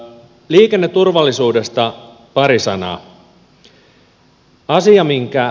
liikenneturvallisuudesta pari sanaa